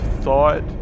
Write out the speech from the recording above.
thought